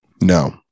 No